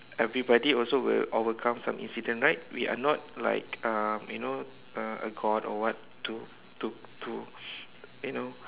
everybody also will overcome some incident right we are not like um you know uh a god or what to to to you know